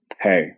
hey